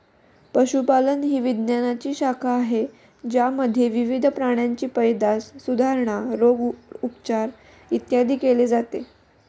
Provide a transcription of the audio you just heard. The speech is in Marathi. पशुपालन ही विज्ञानाची शाखा आहे ज्यामध्ये विविध प्राण्यांची पैदास, सुधारणा, रोग, उपचार, इत्यादी केले जाते